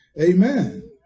amen